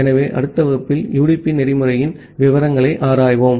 ஆகவே அடுத்த வகுப்பில் யுடிபி புரோட்டோகால்ன் விவரங்களை ஆராய்வோம்